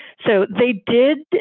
so they did